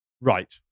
Right